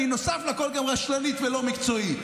והיא נוסף לכול גם רשלנית ולא מקצועית.